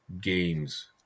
games